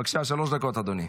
בבקשה, שלוש דקות, אדוני.